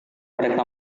mereka